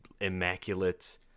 immaculate